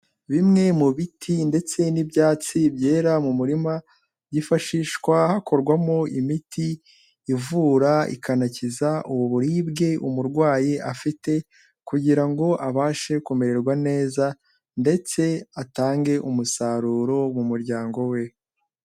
Bimwe mu biti ndetse n'ibyatsi byera mu murima, byifashishwa hakorwamo imiti ivura ikanakiza ubu buriribwe umurwayi afite kugira ngo abashe kumererwa neza ndetse atange umusaruro mu muryango we.